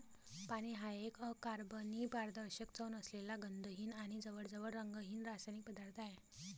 पाणी हा एक अकार्बनी, पारदर्शक, चव नसलेला, गंधहीन आणि जवळजवळ रंगहीन रासायनिक पदार्थ आहे